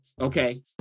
Okay